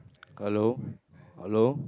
hello hello